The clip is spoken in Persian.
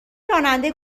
راننده